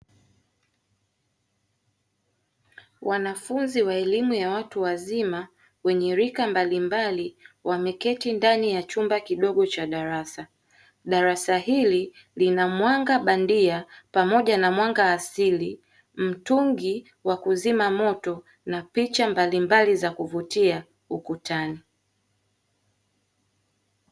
Wanafunzi wa elimu ya watu wazima wenye rika mbalimbali wameketi ndani ya chumba kidogo cha darasa. Darasa hili lina mwanga bandia pamoja na mwanga asili, mtungi wa kuzima moto na picha mbalimbali za kuvutia ukutani.